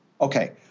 Okay